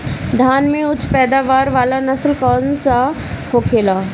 धान में उच्च पैदावार वाला नस्ल कौन सा होखेला?